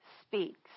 speaks